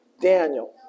Daniel